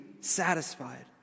satisfied